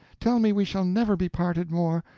tell me we shall never be parted more!